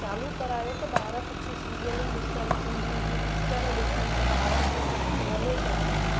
चालू करायो त ॿार कुझु सीरियलूं ॾिसनि सिंधियुनि जूं पिचर ॾिसनि त ॿारनि खे कुझु नॉलेज अचे